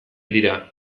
dira